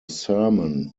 sermon